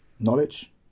knowledge